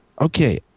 okay